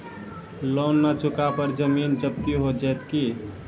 Loan न चुका पर जमीन जब्ती हो जैत की?